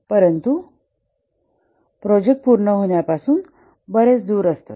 पूर्ण परंतु प्रोजेक्ट पूर्ण होण्या पासून बरेच दूर असतात